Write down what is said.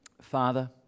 Father